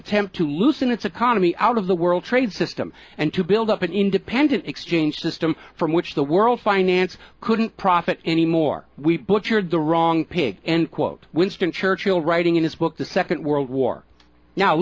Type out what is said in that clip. attempt to loosen its economy out of the world trade system and to build up an independent exchange system from which the world finance couldn't profit any more we've butchered the wrong pig end quote winston churchill writing in his book the second world war now